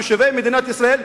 תושבי מדינת ישראל,